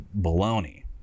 baloney